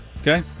Okay